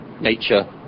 nature